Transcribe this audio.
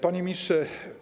Panie Ministrze!